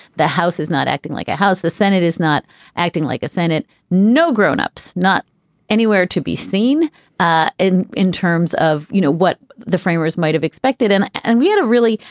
the house is not acting like a house. the senate is not acting like a senate. no, grown-ups, not anywhere to be seen ah in in terms of, you know, what the framers might have expected. and and we had a really,